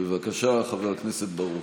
בבקשה, חבר הכנסת ברוכי.